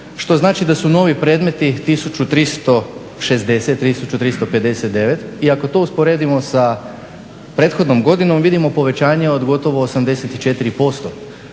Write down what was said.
što znači da su novi predmeti 1359 i ako to usporedimo sa prethodnom godinom vidimo povećanje od gotovo 84%.